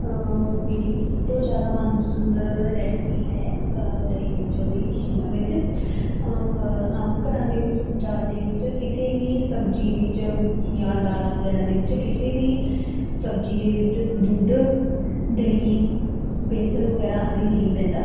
ਮੇਰੀ ਸਭ ਤੋਂ ਜ਼ਿਆਦਾ ਮਨਪਸੰਦ ਰੈਸਪੀ ਹੈ ਦਹੀਂ ਮਿਰਚ ਵਾਲੀ ਸ਼ਿਮਲਾ ਮਿਰਚ ਆਮ ਆਮ ਘਰਾਂ ਦੇ ਵਿੱਚ ਪੰਜਾਬ ਦੇ ਵਿੱਚ ਕਿਸੇ ਵੀ ਸਬਜ਼ੀ ਵਿੱਚ ਜਾਂ ਦਾਲਾਂ ਵਗੈਰਾ ਦੇ ਵਿੱਚ ਕਿਸੇ ਵੀ ਸਬਜ਼ੀ ਦੇ ਵਿੱਚ ਦੁੱਧ ਦਹੀਂ ਬੇਸਣ ਵਗੈਰਾ ਆਦਿ ਨਹੀਂ ਪੈਂਦਾ